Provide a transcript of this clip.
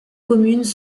communes